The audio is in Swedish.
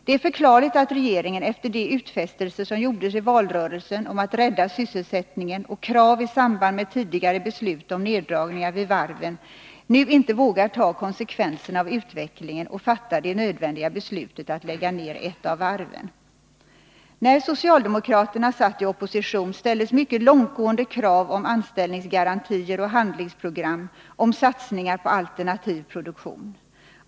Det är förklarligt att regeringen efter de utfästelser som gjordes i valrörelsen om att rädda sysselsättningen och krav i samband med tidigare beslut om neddragningar vid varven nu inte vågar ta konsekvenserna av utvecklingen och fatta det nödvändiga beslutet att lägga ned ett av varven. När socialdemokraterna satt i opposition ställdes mycket långtgående krav på anställningsgarantier och handlingsprogram i fråga om satsningar på alternativ produktion.